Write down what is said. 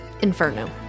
Inferno